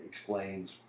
explains